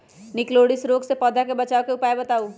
निककरोलीसिस रोग से पौधा के बचाव के उपाय बताऊ?